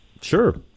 Sure